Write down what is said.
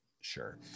Sure